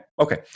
Okay